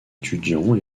étudiant